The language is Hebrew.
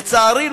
לצערי,